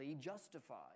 justified